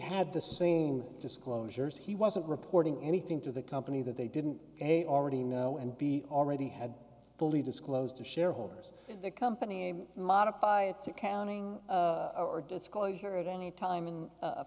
had the same disclosures he wasn't reporting anything to the company that they didn't they already know and b already had fully disclosed to shareholders the company a modified its accounting or disclosure at any time